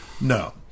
No